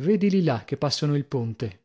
vedili là che passano il ponte